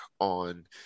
on